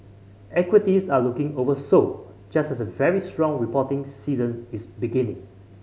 equities are looking oversold just as a very strong reporting season is beginning